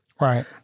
right